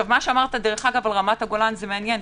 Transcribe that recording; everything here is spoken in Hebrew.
מה שאמרת לגבי רמת הגולן זה מעניין,